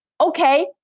okay